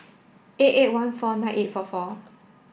eight eight one four nine eight four four